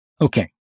Okay